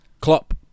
Klopp